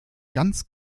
ganz